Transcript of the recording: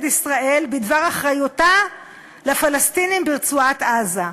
ישראל בדבר אחריותה לפלסטינים ברצועת-עזה.